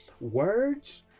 words